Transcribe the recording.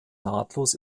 nahtlos